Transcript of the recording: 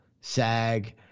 SAG